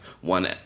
One